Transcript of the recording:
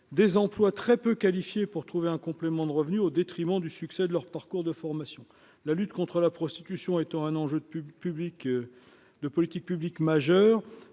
des emplois très peu qualifiés, pour trouver un complément de revenu au détriment du succès de leur parcours de formation, la lutte contre la prostitution étant un enjeu de pub public de politique publique majeure